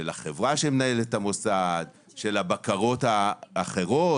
של החברה שמנהלת את המוסד, של הבקרות האחרות.